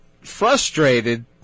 frustrated